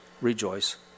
rejoice